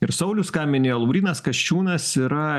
ir saulius ką minėjo laurynas kasčiūnas yra